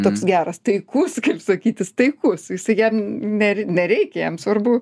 toks geras taikus kaip sakyt jis taikus jisai jam ner nereikia jam svarbu